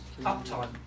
uptime